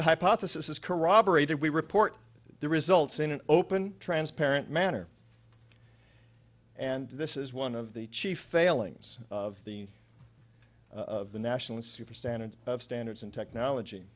the hypothesis is corroborated we report the results in an open transparent manner and this is one of the chief failings of the the national institute for standards of standards and technology